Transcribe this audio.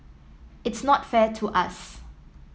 it's not fair to us